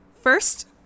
first